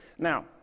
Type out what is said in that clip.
Now